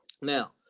now